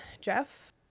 Jeff